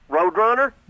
Roadrunner